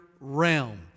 Realm